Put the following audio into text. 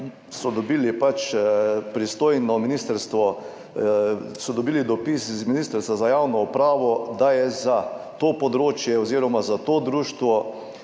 so dobili dopis z Ministrstva za javno upravo, da je za to področje oziroma za to društvo